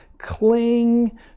cling